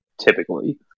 typically